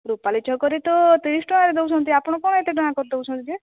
ରୁପାଲି ଛକରେ ତ ତିରିଶ ଟଙ୍କାରେ ଦେଉଛନ୍ତି ଆପଣ କ'ଣ ଏତେ ଟଙ୍କା କରିଦେଉଛନ୍ତି ଯେ